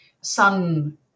sun